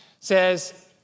says